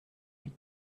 huit